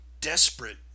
desperate